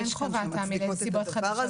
אין חובה בחוק.